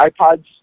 iPods